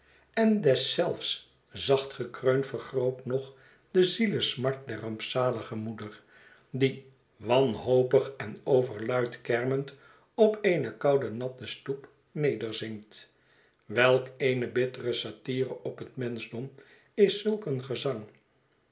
en deszelfs zacht gekreun vergroot nog de zielesmart der rampzalige moeder die wanhopig en overluid kermend op eene koude natte stoep nederzinkt welk eene bittere satire op het menschdom is zulk een gezang